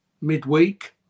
midweek